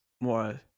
more